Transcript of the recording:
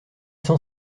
cent